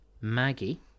Maggie